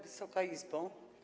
Wysoka Izbo!